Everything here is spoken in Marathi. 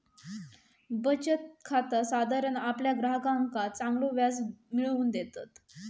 बचत खाता साधारण आपल्या ग्राहकांका चांगलो व्याज मिळवून देतत